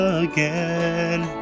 again